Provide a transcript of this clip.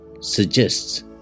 suggests